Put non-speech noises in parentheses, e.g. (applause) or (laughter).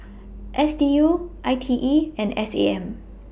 (noise) S D U I T E and S A M